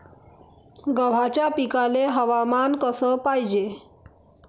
गव्हाच्या पिकाले हवामान कस पायजे?